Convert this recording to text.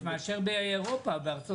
משקיעים בארץ יותר מאשר באירופה או בארה"ב.